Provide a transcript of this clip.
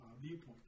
viewpoint